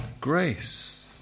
grace